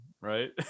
Right